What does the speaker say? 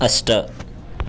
अष्ट